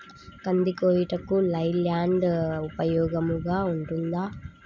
కంది కోయుటకు లై ల్యాండ్ ఉపయోగముగా ఉంటుందా?